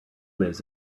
lives